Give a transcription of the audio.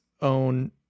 own